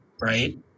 right